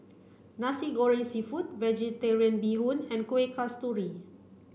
Nasi Goreng Seafood Vegetarian Bee Hoon and Kuih Kasturi